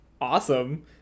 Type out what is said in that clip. awesome